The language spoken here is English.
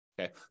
Okay